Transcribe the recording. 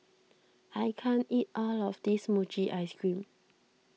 I can't eat all of this Mochi Ice Cream